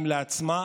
נדמה לי.